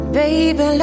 baby